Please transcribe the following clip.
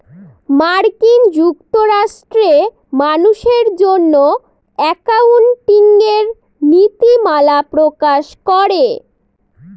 মার্কিন যুক্তরাষ্ট্রে মানুষের জন্য একাউন্টিঙের নীতিমালা প্রকাশ করে